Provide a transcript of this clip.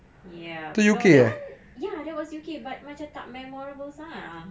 yup you know that one ya that was U_K but macam tak memorable sangat ah